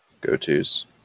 go-tos